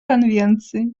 конвенции